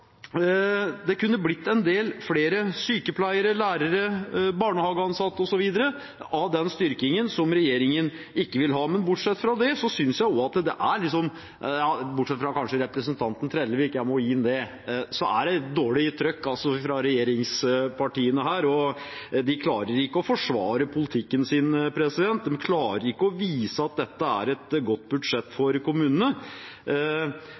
Det kunne blitt en del flere sykepleiere, lærere, barnehageansatte osv. av den styrkingen som regjeringen ikke vil ha. Men bortsett fra kanskje representanten Trellevik – jeg må gi ham det – synes jeg det er litt dårlig trøkk fra regjeringspartiene her. De klarer ikke å forsvare politikken sin, og de klarer ikke å vise at dette er et godt budsjett